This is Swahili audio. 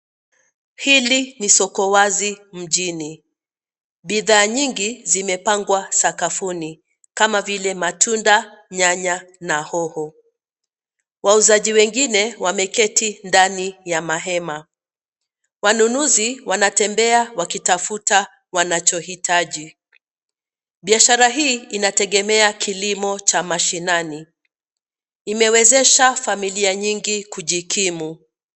Hili ni soko wazi mjini. Bidhaa nyingi zimepangwa sakafuni, kama vile matunda, nyanya na hoho. Wauzaji wengine wameketi ndani ya mahema. Wanunuzi wanatembea wakitafuta wanachohitaji. Biashara hii inategemea kilimo cha mashinani. Imewezesha familia nyingi kujikimu.